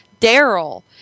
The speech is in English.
Daryl